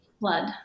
blood